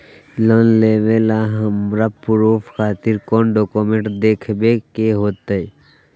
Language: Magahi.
लोन लेबे ला हमरा प्रूफ खातिर कौन डॉक्यूमेंट देखबे के होतई?